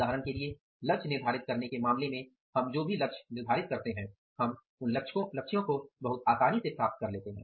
उदाहरण के लिए लक्ष्य निर्धारित करने के मामले में हम जो भी लक्ष्य निर्धारित करते हैं हम उन लक्ष्यों को बहुत आसानी से प्राप्त कर लेते हैं